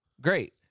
Great